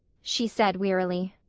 she said wearily.